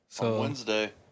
Wednesday